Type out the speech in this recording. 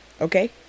Okay